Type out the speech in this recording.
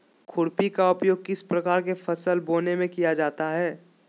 खुरपी का उपयोग किस प्रकार के फसल बोने में किया जाता है?